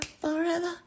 forever